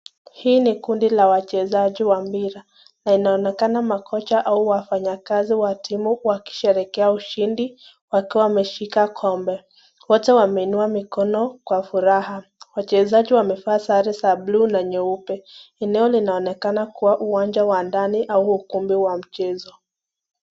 Hii ni kundi la wachezaji wa mpira, na inaonekana makocha au wafanyakazi wa timu wakisherehekea ushindi wakiwa wameshika kombe. Wote wameinua mikono kwa furaha. Wachezaji wamevaa sare za bluu na nyeupe. Eneo linaonekana kuwa uwanja wa ndani au ukumbi wa mchezo.